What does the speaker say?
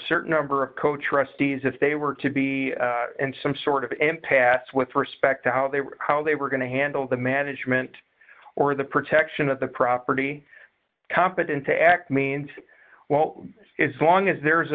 certain number of co trustee as if they were to be some sort of impasse with respect to how they were how they were going to handle the management or the protection of the property competent to act means well as long as there's a